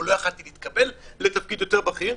לא יכולתי להתקבל לתפקיד יותר בכיר.